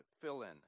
fill-in